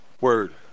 Word